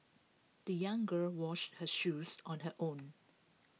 the young girl washed her shoes on her own